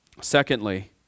Secondly